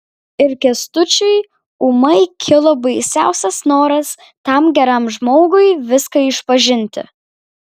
ir kęstučiui ūmai kilo baisiausias noras tam geram žmogui viską išpažinti